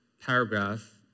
paragraph